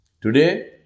Today